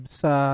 sa